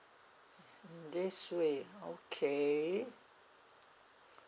mm this way okay